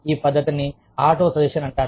ఈ పద్ధతిని auto suggestion అంటారు